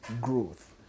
growth